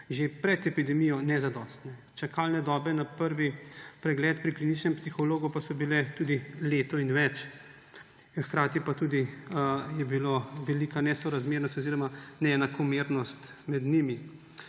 že pred epidemijo nezadostne. Čakalne dobe na prvi pregled pri kliničnem psihologu pa so bile tudi leto in več. Hkrati pa je bila tudi velika neenakomernost med njimi.